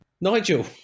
Nigel